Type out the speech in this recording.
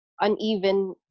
uneven